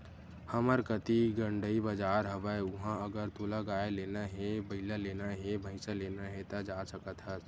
हमर कती गंड़ई बजार हवय उहाँ अगर तोला गाय लेना हे, बइला लेना हे, भइसा लेना हे ता जा सकत हस